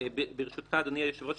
ברשותך אדוני היושב ראש,